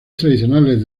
tradicionales